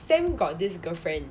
sam got this girlfriend